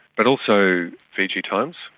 but also, fiji times,